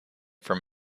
from